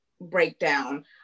breakdown